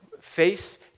face